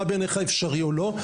מה בעיניך אפשרי או לא.